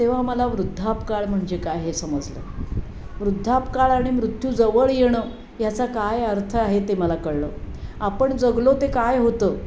तेव्हा मला वृद्धापकाळ म्हणजे काय हे समजलं वृद्धापकाळ आणि मृत्यू जवळ येणं ह्याचा काय अर्थ आहे ते मला कळलं आपण जगलो ते काय होतं